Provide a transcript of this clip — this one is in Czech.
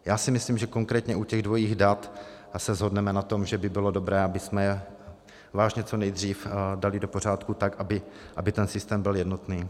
Já si myslím, že konkrétně u těch dvojích dat se shodneme na tom, že by bylo dobré, abychom je vážně co nejdřív dali do pořádku tak, aby ten systém byl jednotný.